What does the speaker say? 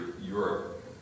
Europe